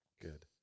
good